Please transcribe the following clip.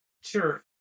Sure